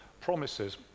promises